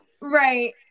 right